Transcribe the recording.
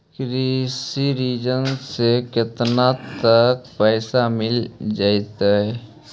कृषि ऋण से केतना तक पैसा मिल जइतै?